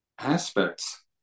Aspects